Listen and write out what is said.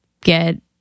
get